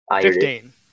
Fifteen